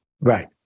Right